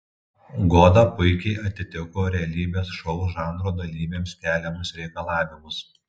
goda puikiai atitiko realybės šou žanro dalyviams keliamus reikalavimus